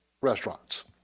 restaurants